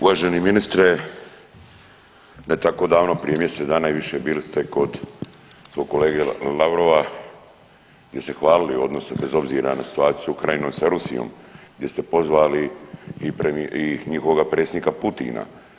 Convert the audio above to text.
Uvaženi ministre ne tako davno prije mjesec dana i više bili ste kod svog kolege Lavrova gdje ste hvalili odnose bez obzira na situaciju s Ukrajinom i sa Rusijom, gdje ste pozvali i njihovoga predsjednika Putina.